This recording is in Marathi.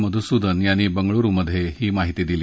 मधुसूदन यांनी बंगळूरुमधही माहिती दिली